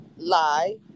lie